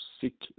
seek